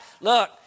Look